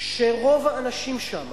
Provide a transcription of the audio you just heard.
שרוב האנשים שם,